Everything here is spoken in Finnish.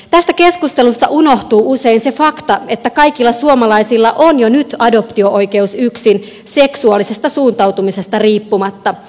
tästä keskustelusta unohtuu usein se fakta että kaikilla suomalaisilla on jo nyt adoptio oikeus yksin seksuaalisesta suuntautumisesta riippumatta